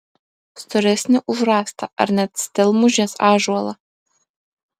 storesnį už rąstą ar net stelmužės ąžuolą